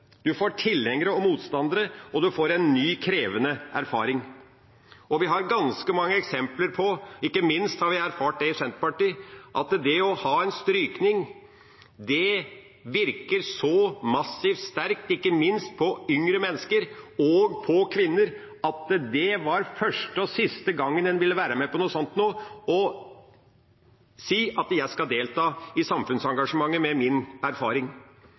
får tilhengere og motstandere, og en får en ny, krevende erfaring. Vi har ganske mange eksempler på – ikke minst har vi erfart det i Senterpartiet – at det å ha en strykning virker så massivt sterkt, ikke minst på yngre mennesker og på kvinner, at det er første og siste gangen en vil være med på noe sånt: å si at en skal delta i samfunnsengasjementet med sin erfaring.